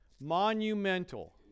monumental